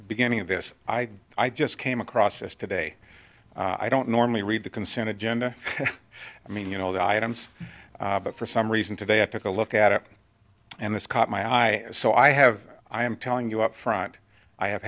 beginning of this i i just came across this today i don't normally read the consent agenda i mean you know the items but for some reason today i took a look at it and this caught my eye so i have i am telling you upfront i have